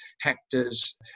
hectares